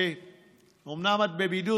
אומנם את בבידוד,